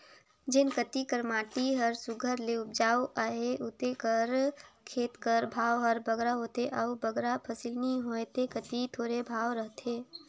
जेन कती कर माटी हर सुग्घर ले उपजउ अहे उते कर खेत कर भाव हर बगरा होथे अउ बगरा फसिल नी होए ते कती थोरहें भाव रहथे